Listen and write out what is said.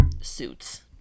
Suits